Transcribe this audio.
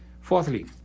Fourthly